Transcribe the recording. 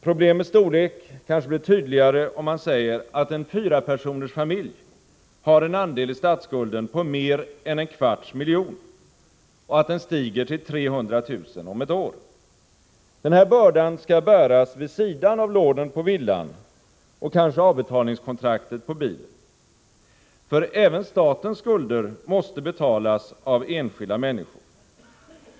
Problemets storlek kanske blir tydligare, om man säger att en fyrapersonersfamilj har en andel i statsskulden på mer än en kvarts miljon och att den stiger till 300 000 om ett år. Denna börda skall bäras vid sidan av lånet på villan och kanske avbetalningskontraktet på bilen. För även statens skulder måste betalas av enskilda människor.